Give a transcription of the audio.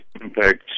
impact